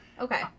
Okay